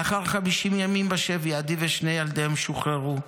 לאחר 50 ימים בשבי, עדי ושני ילדיהם שוחררו.